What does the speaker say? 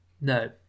No